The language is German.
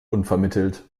unvermittelt